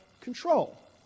control